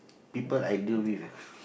people i deal with ah